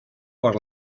por